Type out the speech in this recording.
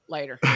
Later